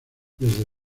desde